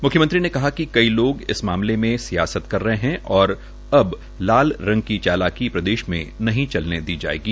म्ख्यमंत्री ने कहा कि क्छ लोग इस मामले में सियासत कर रहे है और अब लाल रंग की चालाकी प्रदेश में नहीं चलने दी जायेगी